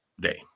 day